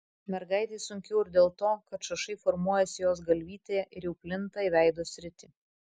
mergaitei sunkiau ir dėl to kad šašai formuojasi jos galvytėje ir jau plinta į veido sritį